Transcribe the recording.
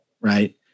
Right